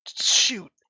shoot